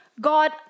God